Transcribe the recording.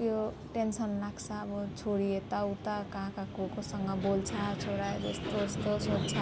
ऊ यो टेन्सन लाग्छ अब छोरी यताउता कहाँ कहाँ को कोसँग बोल्छ छोराहरू यस्तो यस्तो सोच्छ